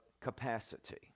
capacity